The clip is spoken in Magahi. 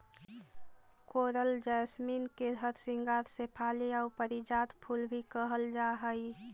कोरल जैसमिन के हरसिंगार शेफाली आउ पारिजात फूल भी कहल जा हई